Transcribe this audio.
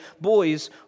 boys